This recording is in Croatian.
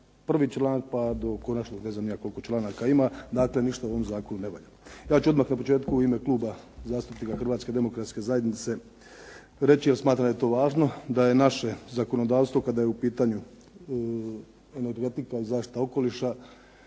prvi članak pa do konačno ne znam ni ja koliko članaka ima. Dakle, ništa u ovom zakonu ne valja. Ja ću odmah na početku u ime Kluba zastupnika Hrvatske demokratske zajednice reći, jer smatram da je to važno da je naše zakonodavstvo kada je u pitanju energetika, zaštita okoliša